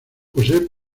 posee